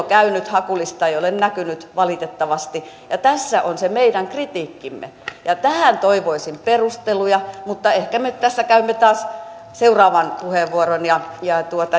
käy nyt hakulista ei ole näkynyt valitettavasti tässä on se meidän kritiikkimme ja tähän toivoisin perusteluja mutta ehkä me tässä käymme taas seuraavaan puheenvuoroon ja ja